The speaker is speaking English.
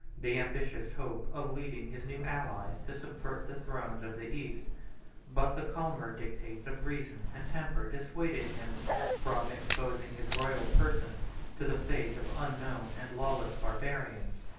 the ambitious hope of leading his new allies to subvert the thrones of the east but the calmer dictates of reason and temper dissuaded him from exposing his royal person to the faith of unknown and lawless barbarians.